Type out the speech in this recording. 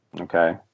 Okay